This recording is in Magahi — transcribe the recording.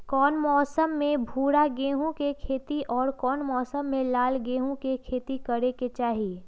कौन मौसम में भूरा गेहूं के खेती और कौन मौसम मे लाल गेंहू के खेती करे के चाहि?